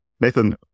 Nathan